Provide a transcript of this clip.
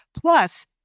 plus